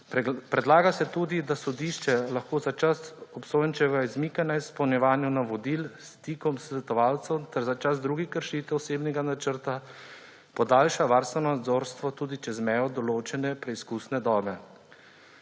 Predlaga se tudi, da sodišče lahko za čas obsojenčevega izmikanja izpolnjevanju navodil, stikom s svetovalcem ter za čas drugih kršitev osebnega načrta podaljša varstveno nadzorstvo tudi čez mejo določene preizkusne dobe.